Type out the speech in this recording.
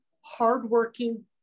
hardworking